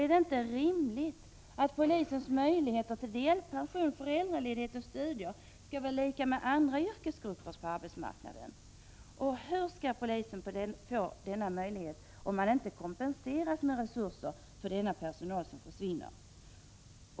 Är det inte rimligt att polisens möjligheter till delpension, föräldraledighet och studier skall vara lika med möjligheterna för andra yrkesgrupper på arbetsmarknaden? Hur skall polisen få dessa möjligheter om man inte kompenseras med resurser för den personal som försvinner?